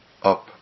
up